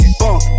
bunk